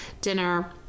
dinner